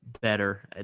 better